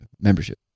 membership